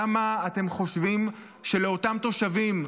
למה אתם חושבים שלאותם תושבים,